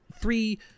three